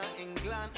England